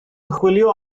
chwilio